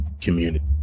community